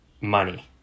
money